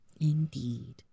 indeed